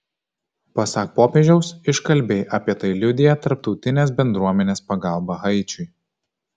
pasak popiežiaus iškalbiai apie tai liudija tarptautinės bendruomenės pagalba haičiui